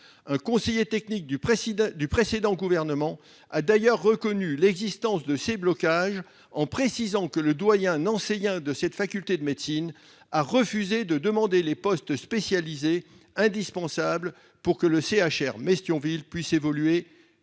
Un conseiller technique du précédent gouvernement a d'ailleurs reconnu l'existence de ces blocages, précisant que le doyen nancéien de cette faculté avait refusé de demander les postes spécialisés indispensables pour que la qualité du CHR Metz-Thionville puisse évoluer.